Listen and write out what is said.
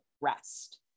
rest